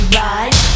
ride